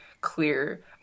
clear